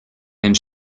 and